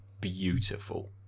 beautiful